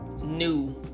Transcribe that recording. new